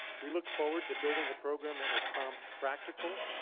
we look forward to building a program that will prompt practical,